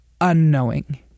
unknowing